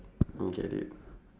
mm get it